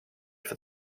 for